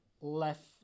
left